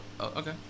okay